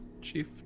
Chief